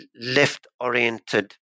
left-oriented